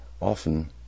often